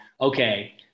Okay